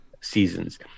seasons